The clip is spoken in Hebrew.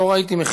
לא ראיתי,